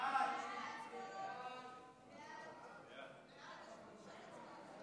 ההצעה להעביר את הצעת חוק